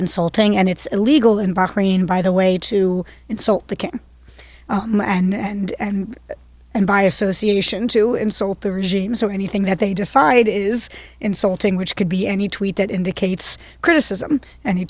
insulting and it's illegal in bahrain by the way to insult the king and and by association to insult the regime so anything that they decide is insulting which could be any tweet that indicates criticism and he